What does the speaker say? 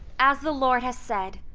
as the lord has said,